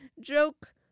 joke